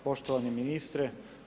Poštovani ministre.